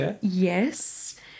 Yes